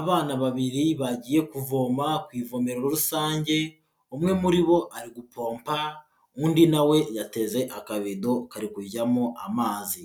Abana babiri bagiye kuvoma ku ivomero rusange, umwe muri bo ari gupompa, undi na we yateze akabido kari kujyamo amazi,